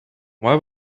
why